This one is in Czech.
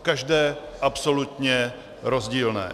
Každé absolutně rozdílné.